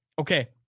Okay